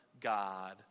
God